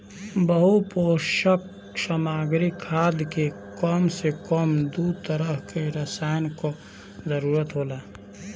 बहुपोषक सामग्री खाद में कम से कम दू तरह के रसायन कअ जरूरत होला